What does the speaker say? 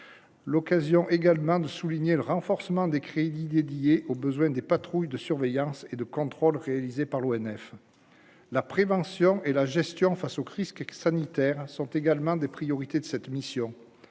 l'occasion également de souligner le renforcement des crédits dédiés aux besoins des patrouilles de surveillance et de contrôle réalisé par l'ONF, la prévention et la gestion face aux crises sanitaires sont également des priorités de cette mission,